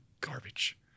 garbage